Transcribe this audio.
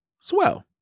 swell